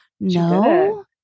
No